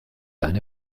eine